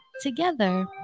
together